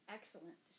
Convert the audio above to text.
Excellent